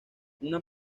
una